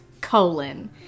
colon